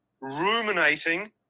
ruminating